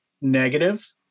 Negative